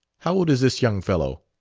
how old is this young fellow?